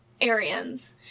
arians